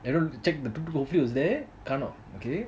everyone check hopefully the tuk tuk was there car knock okay